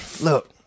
Look